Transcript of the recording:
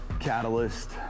Catalyst